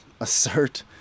assert